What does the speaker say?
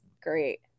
great